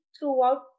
throughout